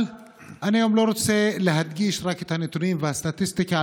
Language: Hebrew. אבל היום אני לא רוצה להדגיש רק את הנתונים והסטטיסטיקה,